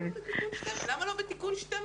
למה לא בתיקון 12?